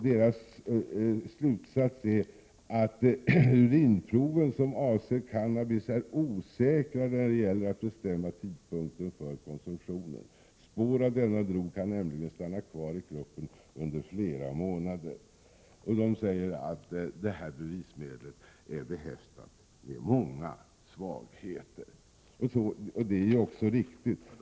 Deras slutsats är att urinproven är osäkra när man skall bestämma tidpunkten för konsumtion av cannabis. Spår av denna drog kan nämligen stanna kvar i kroppen under flera månader. De säger att detta bevismedel är behäftat med många svagheter. Det är också riktigt.